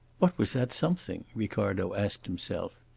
what was that something? ricardo asked himself.